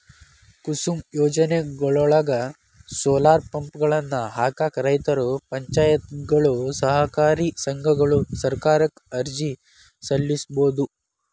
ಕುಸುಮ್ ಯೋಜನೆಯೊಳಗ, ಸೋಲಾರ್ ಪಂಪ್ಗಳನ್ನ ಹಾಕಾಕ ರೈತರು, ಪಂಚಾಯತ್ಗಳು, ಸಹಕಾರಿ ಸಂಘಗಳು ಸರ್ಕಾರಕ್ಕ ಅರ್ಜಿ ಸಲ್ಲಿಸಬೋದು